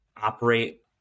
Operate